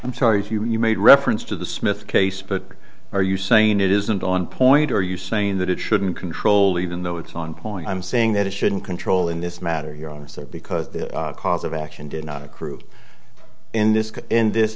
i'm sorry if you made reference to the smith case but are you saying it isn't on point are you saying that it shouldn't control even though it's on point i'm saying that it shouldn't control in this matter your honor said because the cause of action did not accrue in this case in this